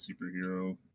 superhero